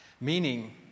Meaning